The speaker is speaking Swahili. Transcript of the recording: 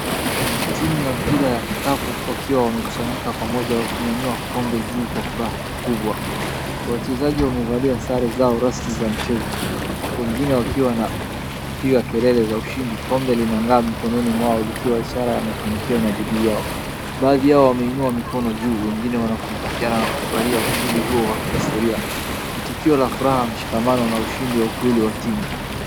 Ni timu ya mpira ya kikapu, wakiwa wamekusanyika pamoja na kunyanyua kombe juu kwa furaha kubwa. Wachezaji wamevalia sare zao rasmi za mchezo. Wengine wakiwa na kupiga kelele za ushindi. Kombe linang'aa mikononi mwao ikiwa ishara ya mafanikio na dhidi yao. Baadhi yao wameinua mikono juu wengine wanakumbatiana na kufurahia ushindi huo wa kihistoria. Ni tukio la furaha, mshikamano na ushindi wa ukweli wa timu.